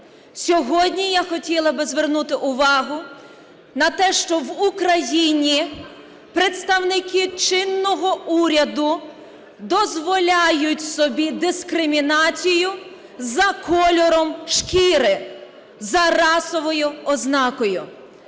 Сьогодні я хотіла би звернути увагу на те, що в Україні представники чинного уряду дозволяють собі дискримінацію за кольором шкіри, за расовою ознакою.